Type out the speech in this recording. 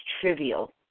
trivial